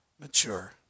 mature